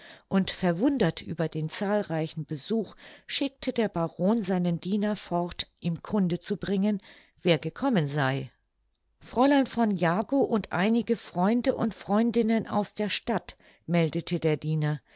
und verwundert über den zahlreichen besuch schickte der baron seinen diener fort ihm kunde zu bringen wer gekommen sei fräulein von jagow und einige freunde und freundinnen aus der stadt meldete der diener